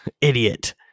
Idiot